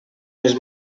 les